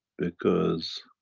because,